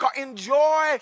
enjoy